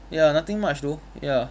ya nothing much though ya